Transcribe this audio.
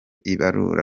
ibarura